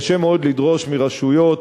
קשה מאוד לדרוש מרשויות,